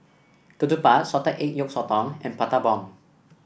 Ketupat Salted Egg Yolk Sotong and Prata Bomb